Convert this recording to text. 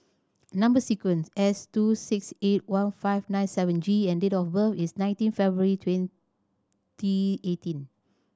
number sequence S two six eight one five nine seven G and date of birth is nineteen February twenty eighteen